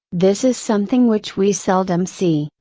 this is something which we seldom see,